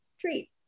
treat